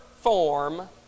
form